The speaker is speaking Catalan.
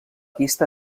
pista